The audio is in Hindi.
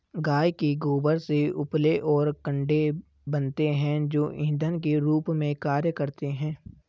गाय के गोबर से उपले और कंडे बनते हैं जो इंधन के रूप में कार्य करते हैं